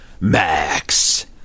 Max